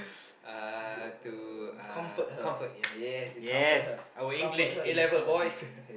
uh to uh comfort yes yes our English A-level boys